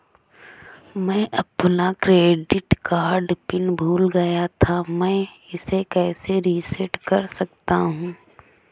मैं अपना credit card PIN भूल गया था मैं इसे कैसे रीसेट कर सकता हूँ?